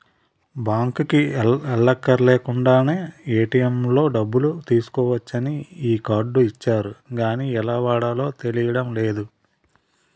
బాంకుకి ఎల్లక్కర్లేకుండానే ఏ.టి.ఎం లో డబ్బులు తీసుకోవచ్చని ఈ కార్డు ఇచ్చారు గానీ ఎలా వాడాలో తెలియడం లేదు